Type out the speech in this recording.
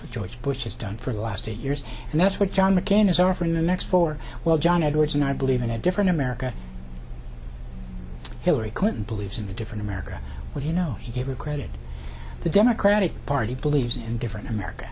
what george bush has done for the last eight years and that's what john mccain is offering the next four well john edwards and i believe in a different america hillary clinton believes in a different america but you know he gave her credit the democratic party believes in different america